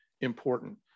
important